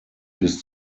bis